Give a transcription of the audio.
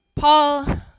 Paul